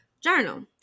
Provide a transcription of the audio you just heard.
Journal